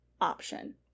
option